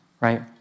right